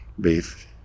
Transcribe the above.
beef